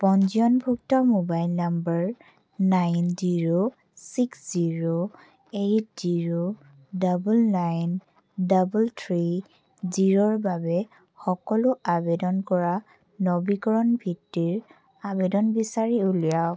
পঞ্জীয়নভুক্ত mobile number nine zero six zero eight zero double nine double three জিৰ'ৰ বাবে সকলো আবেদন কৰা নৱীকৰণ বৃত্তিৰ আবেদন বিচাৰি উলিয়াওক